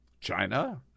China